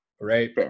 right